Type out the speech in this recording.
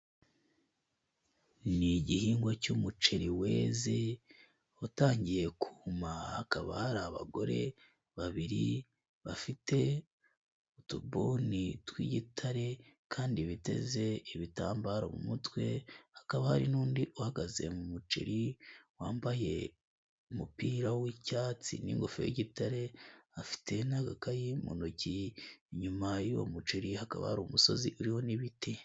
Ni igihingwa cy'umuceri weze utangiye kuma. Hakaba hari abagore babiri bafite utubuni tw'igitare kandi biteze ibitambaro mu mutwe. Hakaba hari n'undi uhagaze mu muceri, wambaye umupira w'icyatsi n'ingofero y'igitare, afite n'agakayi mu ntoki. Inyuma y'uwo muceri hakaba hari umusozi uriho n'ibiti.